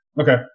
Okay